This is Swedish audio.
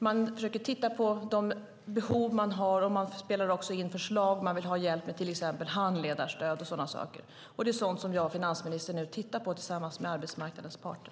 Man försöker titta på de behov som finns och kommer med förslag om till exempel handledarstöd. Det är sådant som jag och finansministern nu tittar på tillsammans med arbetsmarknadens parter.